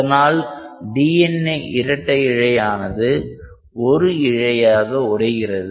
அதனால் DNA இரட்டை இழை ஆனது ஒரு இழையாக உடைகிறது